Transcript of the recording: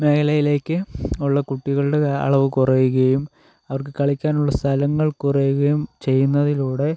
മേഖലയിലേയ്ക്ക് ഉള്ള കുട്ടികളുടെ അളവ് കുറയുകയും അവർക്ക് കളിക്കാനുള്ള സ്ഥലങ്ങൾ കുറയുകയും ചെയ്യുന്നതിലൂടെ